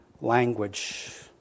language